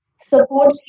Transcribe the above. support